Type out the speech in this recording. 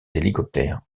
hélicoptères